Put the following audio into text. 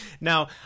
Now